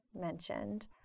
mentioned